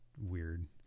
weird